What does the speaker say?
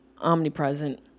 omnipresent